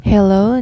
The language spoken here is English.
Hello